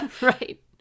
Right